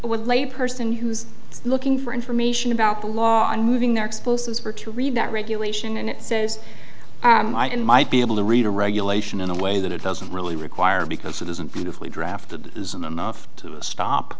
would lay person who's looking for information about the law and moving their explosives were to read that regulation and it says it might be able to read a regulation in a way that it doesn't really require because it isn't beautifully drafted isn't enough to stop